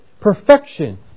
Perfection